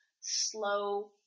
slow